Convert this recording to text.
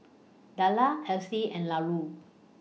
Dellar Esley and Lauri